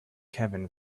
kevin